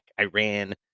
Iran